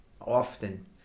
often